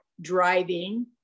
driving